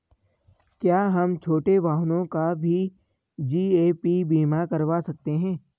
क्या हम छोटे वाहनों का भी जी.ए.पी बीमा करवा सकते हैं?